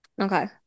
Okay